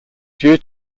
due